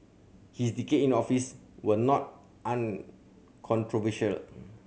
his decade in the office were not uncontroversial